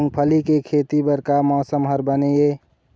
मूंगफली के खेती बर का मौसम हर बने ये?